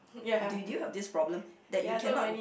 do do you have this problem that you cannot